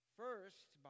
first